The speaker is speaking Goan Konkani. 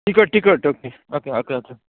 टिकट टिकट ओके ओके आसा आसा